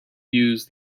used